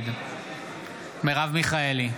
נגד מרב מיכאלי,